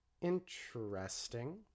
Interesting